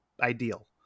ideal